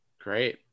Great